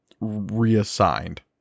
reassigned